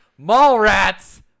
Mallrats